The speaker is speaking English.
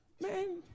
man